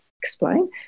explain